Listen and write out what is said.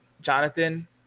Jonathan